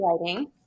writing